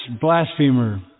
Blasphemer